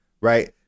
right